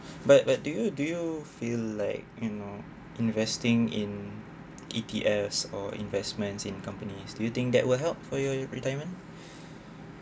but but do you do you feel like you know investing in E_T_F or investments in companies do you think that will help for your retirement